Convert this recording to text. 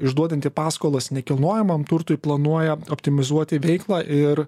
išduodanti paskolas nekilnojamam turtui planuoja optimizuoti veiklą ir